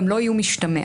גם לא איום משתמע.